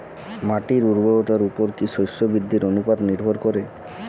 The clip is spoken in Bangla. মাটির উর্বরতার উপর কী শস্য বৃদ্ধির অনুপাত নির্ভর করে?